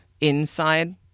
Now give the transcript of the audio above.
inside